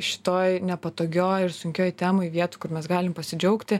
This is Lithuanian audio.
šitoj nepatogioj ir sunkioj temoj vietų kur mes galim pasidžiaugti